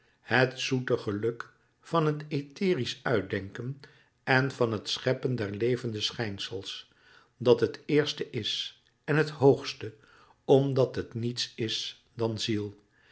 het zoete geluk van het etherisch uitdenken en van het scheppen der levende schijnsels dat het éerste is en het hoogste omdat het niets is dan ziel